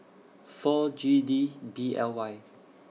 four G D B L Y